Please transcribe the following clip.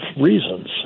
reasons